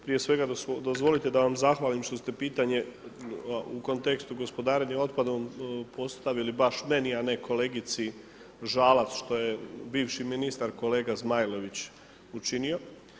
Prije svega dozvolite da vam zahvalim što ste pitanje u kontekstu gospodarenja otpadom postavili baš meni, a ne kolegici Žalac što je bivši ministar kolega Zmajlović učinio.